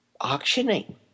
auctioning